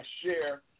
share